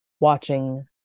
Watching